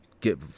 Get